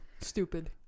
stupid